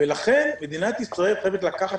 לכן מדינת ישראל חייבת לקחת,